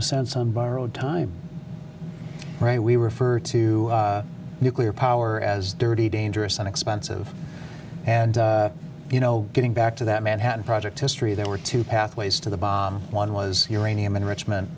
a sense on borrowed time right we refer to nuclear power as dirty dangerous and expensive and you know getting back to that manhattan project history there were two pathways to the bottom one was iranian enrichment